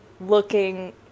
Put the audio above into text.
looking